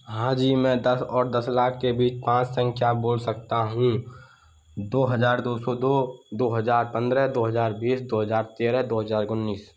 हाँ जी मैं दस और दस लाख के बीच पाँच संख्या बोल सकता हूँ दो हजार दो सौ दो दो हजार पन्द्रह दो हजार बीस दो हजार तेरह दो हजार उन्नीस